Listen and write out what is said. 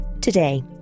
today